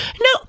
No